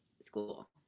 school